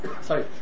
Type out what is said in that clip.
sorry